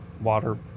water